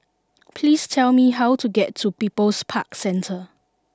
please tell me how to get to People's Park Centre